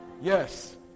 Yes